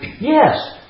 Yes